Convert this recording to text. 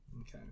Okay